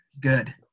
good